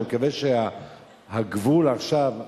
אני מקווה שהגבול עכשיו,